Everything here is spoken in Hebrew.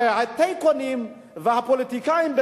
הרי הטייקונים והפוליטיקאים,